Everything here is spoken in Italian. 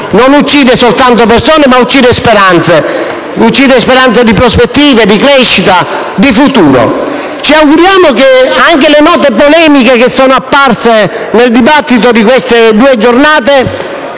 non uccide soltanto persone, ma uccide speranze: di prospettiva, di crescita, di futuro. Ci auguriamo che anche le note polemiche che sono apparse nel dibattito di queste due giornate